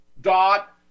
dot